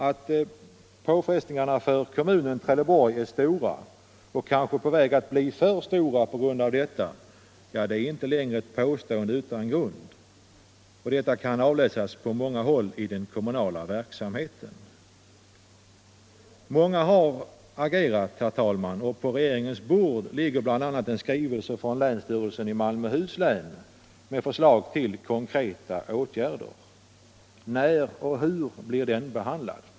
Att påfrestningarna för kommunen Trelieborg är stora och kanske på väg att bli för stora på grund av detta är inte längre ett påstående utan grund, och det kan avläsas på många håll i den kommunala verksamheten. Många har agerat, herr talman, och på regeringens bord ligger bl.a. en skrivelse från länsstyrelsen i Malmöhus län med förslag till konkreta åtgärder. När och hur blir den behandlad?